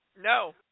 no